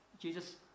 Jesus